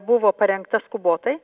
buvo parengta skubotai